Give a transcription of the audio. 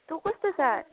तँ कस्तो छस्